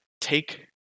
take